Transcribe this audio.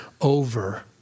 over